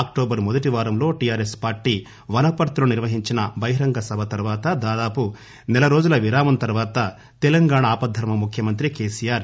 October మెదటి వారంలో TRS party వనపర్తిలో నిర్వహించిన బహిరంగసభ తర్వాత దాదాపు సెలరోజుల విరామం తర్వాత తెలంగాణా ఆపద్దర్మ ముఖ్యమంత్రి కెసిఆర్